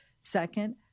Second